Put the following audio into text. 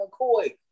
McCoy